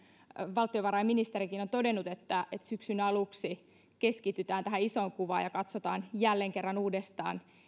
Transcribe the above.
valtiovarainministerikin on todennut että syksyn aluksi keskitytään tähän isoon kuvaan ja katsotaan jälleen kerran uudestaan